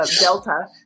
Delta